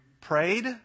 prayed